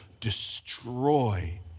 destroy